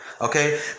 okay